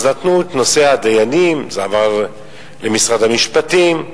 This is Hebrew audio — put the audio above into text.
אז נושא הדיינים עבר למשרד המשפטים,